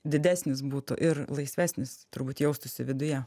didesnis būtų ir laisvesnis turbūt jaustųsi viduje